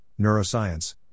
neuroscience